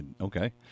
Okay